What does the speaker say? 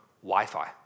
Wi-Fi